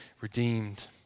redeemed